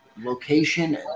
location